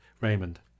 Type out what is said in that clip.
Raymond